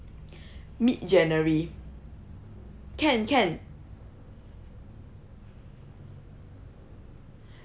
mid january can can